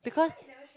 because